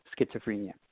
schizophrenia